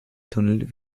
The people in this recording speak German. tunnel